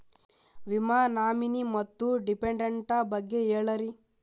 ವಿಮಾ ನಾಮಿನಿ ಮತ್ತು ಡಿಪೆಂಡಂಟ ಬಗ್ಗೆ ಹೇಳರಿ?